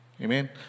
Amen